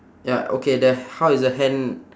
ya okay the how is the hand